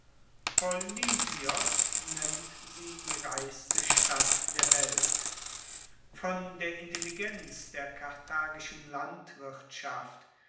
polybios nennt sie die reichste stadt der welt von der intelligenz der karthagischen landwirtschaft